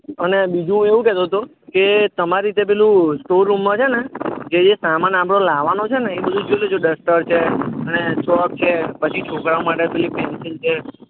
અને બીજુ એવું કહેતો તો કે તમારી રીતે પેલું સ્ટોર રૂમમાં છે ને જે જે સામાન આપણો લાવવાનો છે ને એ બધું જોઈ લેજો ડસ્ટર છે અને ચોક છે પછી છોકરાઓ માટે પેલી પેન્સિલ છે